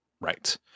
Right